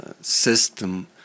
system